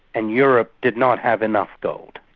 and europe did not have enough gold.